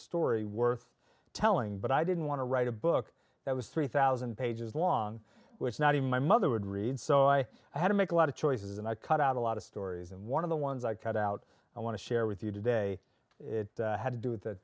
story worth telling but i didn't want to write a book that was three thousand pages long which not even my mother would read so i had to make a lot of choices and i cut out a lot of stories and one of the ones i cut out i want to share with you today it had to do with the